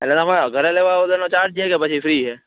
એટલે તમે ઘરે લેવા આવો તો એનું ચાર્જ છેકે પછી ફ્રી છે